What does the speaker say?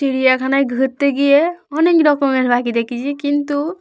চিড়িয়াখানায় ঘুরতে গিয়ে অনেক রকমের পাখি দেখেছি কিন্তু